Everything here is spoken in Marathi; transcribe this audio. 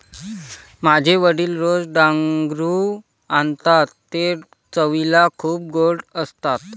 माझे वडील रोज डांगरू आणतात ते चवीला खूप गोड असतात